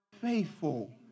faithful